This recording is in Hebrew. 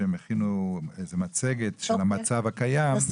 שהכינו מצגת של המצב הקיים,